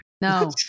No